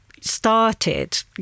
started